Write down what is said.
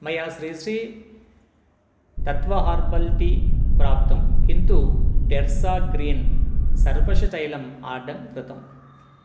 मया Sri Sri Tattva herbal tea प्राप्तं किन्तु टेर्सा ग्रीन् सर्पषतैलम् आर्डर् कृतम्